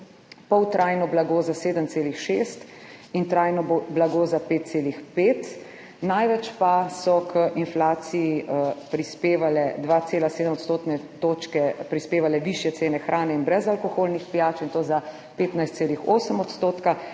poltrajno blago za 7,6 in trajno blago za 5,5, največ pa so k inflaciji prispevale 2,7 odstotne točke prispevale višje cene hrane in brezalkoholnih pijač, in to za 15,8 odstotka,